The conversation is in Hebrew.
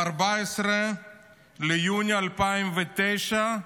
ב-14 ביוני 2009,